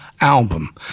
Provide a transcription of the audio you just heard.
album